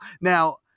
Now